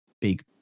big